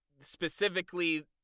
specifically